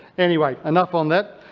anyway, enough on that.